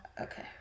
Okay